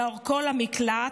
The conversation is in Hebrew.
בדרכו למקלט,